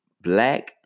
Black